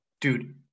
Dude